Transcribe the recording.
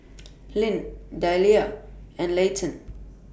Lyn Delila and Layton